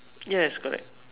yes correct